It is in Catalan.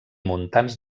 muntants